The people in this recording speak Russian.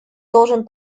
должен